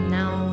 now